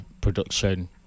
production